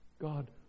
God